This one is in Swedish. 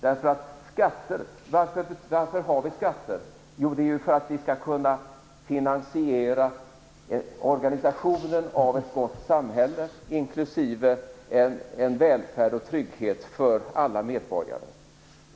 Varför har vi skatter? Jo, för att vi skall kunna finansiera organisationen av ett gott samhälle inklusive välfärd och trygghet för alla medborgare.